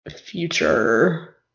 future